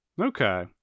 Okay